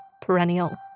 Perennial